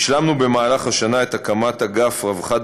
השלמנו במהלך השנה את הקמת אגף רווחת